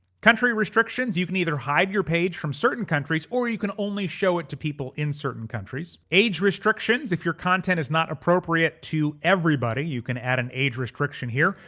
country restrictions. you can either hide your page from certain countries or you can only show it to people in certain countries. age restrictions. if your content is not appropriate to everybody, you can add an age restriction here.